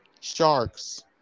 Sharks